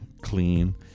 clean